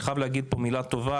אני חייב להגיד פה מילה טובה.